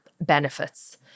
benefits